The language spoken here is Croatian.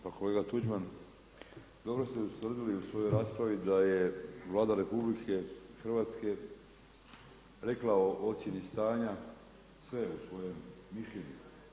Pa kolega Tuđman, dobro ste ustvrdili u svojoj raspravi da je Vlada RH rekla o ocjeni stanja sve u svojem mišljenju.